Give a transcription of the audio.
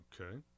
Okay